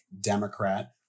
Democrat